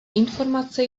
informace